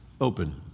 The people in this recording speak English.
open